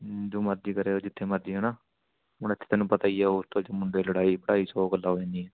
ਜੋ ਮਰਜ਼ੀ ਕਰਿਓ ਜਿੱਥੇ ਮਰਜ਼ੀ ਹੈ ਨਾ ਹੁਣ ਇੱਥੇ ਤੈਨੂੰ ਪਤਾ ਹੀ ਆ ਹੋਸਟਲ 'ਚ ਮੁੰਡੇ ਲੜਾਈ ਪੜਾਈ ਸੌ ਗੱਲਾਂ ਹੋ ਜਾਂਦੀਆਂ